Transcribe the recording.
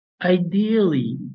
Ideally